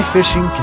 Fishing